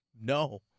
No